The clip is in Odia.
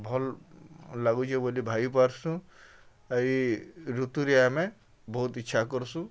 ଭଲ୍ ଲାଗୁଛେ ବୋଲି ଭାବି ପାର୍ସୁଁ ଇ ଋତୁରେ ଆମେ ବହୁତ୍ ଇଚ୍ଛା କର୍ସୁଁ